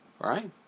right